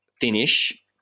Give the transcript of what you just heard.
finish